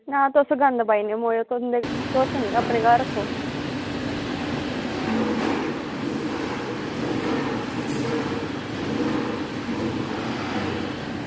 ना तुस गंद पाई ओड़ने तुस निं गंद रक्खो